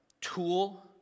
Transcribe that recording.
tool